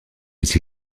les